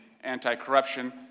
anti-corruption